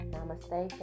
Namaste